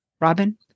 Robin